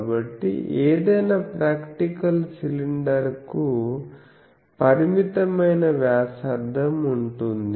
కాబట్టి ఏదైనా ప్రాక్టికల్ సిలిండర్కు పరిమితమైన వ్యాసార్థం ఉంటుంది